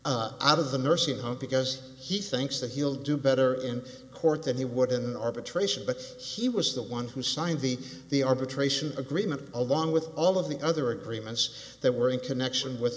money out of the nursing home because he thinks that he'll do better in court than he would in art trace but he was the one who signed the the arbitration agreement along with all of the other agreements that were in connection with